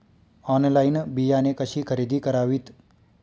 Online बियाणे कशी खरेदी करावीत?